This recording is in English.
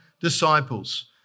disciples